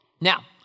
Now